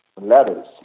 letters